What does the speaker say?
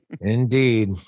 Indeed